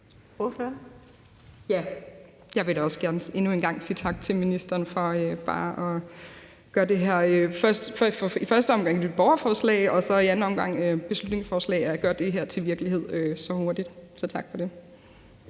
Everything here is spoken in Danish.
jeg vil også gerne endnu en gang sige tak til ministeren for at gøre det her i første omgang borgerforslag og i anden omgang beslutningsforslag til virkelighed så hurtigt. Så tak for det.